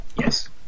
Yes